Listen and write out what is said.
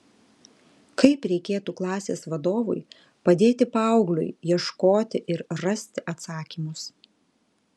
kaip reikėtų klasės vadovui padėti paaugliui ieškoti ir rasti atsakymus